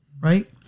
Right